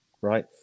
right